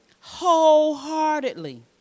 wholeheartedly